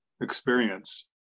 experience